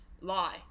lie